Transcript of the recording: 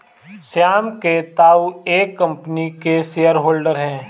श्याम के ताऊ एक कम्पनी के शेयर होल्डर हैं